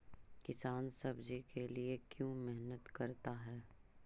किसान सब्जी के लिए क्यों मेहनत करता है?